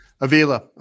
Avila